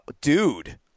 Dude